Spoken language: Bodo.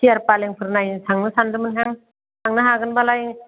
चेयार फालेंफोर नायनो थांनो सानदोंमोनहां थांनो हागोनब्लालाय